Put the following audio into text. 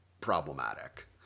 problematic